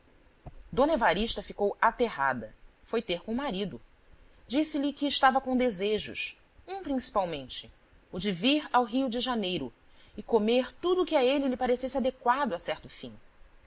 d evarista ficou aterrada foi ter com o marido disse-lhe que estava com desejos um principalmente o de vir ao rio de janeiro e comer tudo o que a ele lhe parecesse adequado a certo fim